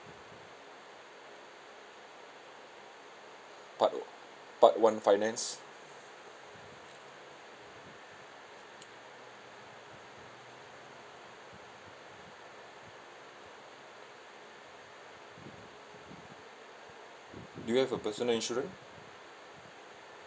part part one finance do you have a personal insurance